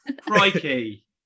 Crikey